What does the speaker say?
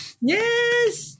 yes